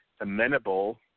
Amenable